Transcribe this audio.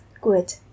good